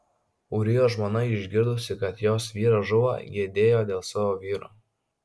ūrijos žmona išgirdusi kad jos vyras žuvo gedėjo dėl savo vyro